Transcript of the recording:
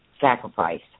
sacrifice